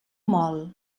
mol